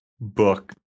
book